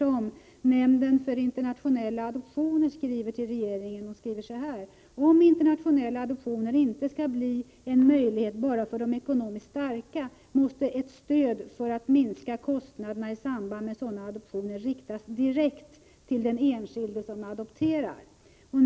Och nämnden för internationella adoptioner skriver på det här sättet till tegeringen: ”Om internationella adoptioner inte skall bli en möjlighet bara för de ekonomiskt starka måste ett stöd för att minska kostnaderna i samband med sådana adoptioner riktas direkt till den enskilde som adopterar.